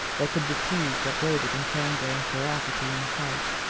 that could be teased or goaded into anger and ferocity in a fight.